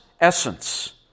essence